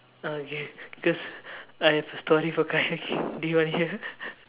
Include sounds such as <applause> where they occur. uh okay cause I have a story for kayaking do you want to hear <laughs>